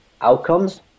outcomes